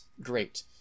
great